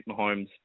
Mahomes